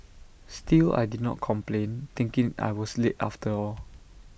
still I did not complain thinking I was late after all